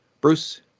Bruce